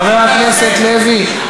חבר הכנסת מיקי לוי.